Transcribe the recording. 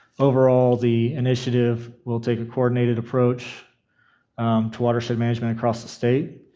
overall, the initiative will take a coordinated approach to watershed management across the state.